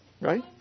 Right